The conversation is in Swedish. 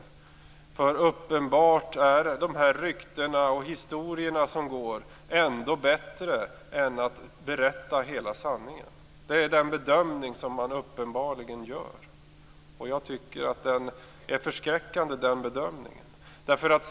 Det är uppenbart att de rykten och historier som går ändå är bättre än att hela sanningen kommer fram. Det är den bedömning som man uppenbarligen gör. Jag tycker att den bedömningen är förskräckande.